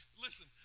Listen